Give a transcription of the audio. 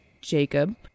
Jacob